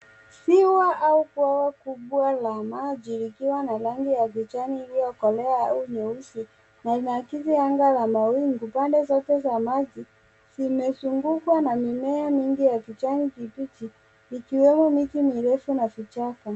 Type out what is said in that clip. Ziwa au bwawa kubwa la maji likiwa na rangi ya kijani iliyokolea au nyeusi na inaakisi anga la mawingu . Pande zote za maji zimezungukwa na mimea mingi ya kijani kibichi ikiwemo miti mirefu na vichaka.